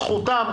זכותם,